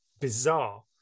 bizarre